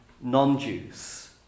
non-Jews